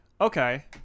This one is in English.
Okay